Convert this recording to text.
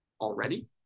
already